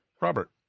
robert